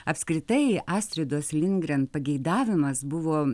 apskritai astridos lindgren pageidavimas buvo